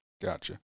Gotcha